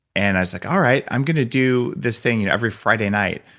and i was like, all right, i'm going to do this thing and every friday night.